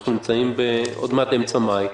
אנחנו היום עוד מעט באמצע מאי.